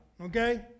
Okay